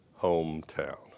hometown